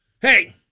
Hey